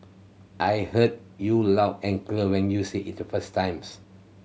I heard you loud and clear when you said it the first times